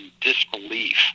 disbelief